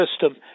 system